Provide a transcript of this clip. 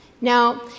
Now